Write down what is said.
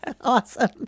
Awesome